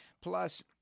plus